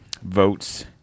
votes